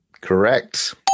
Correct